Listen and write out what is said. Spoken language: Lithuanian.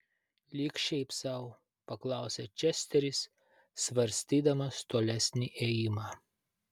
lyg šiaip sau paklausė česteris svarstydamas tolesnį ėjimą